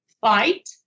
fight